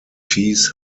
fees